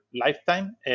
lifetime